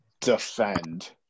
defend